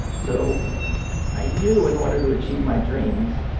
so i knew in order to achieve my dreams,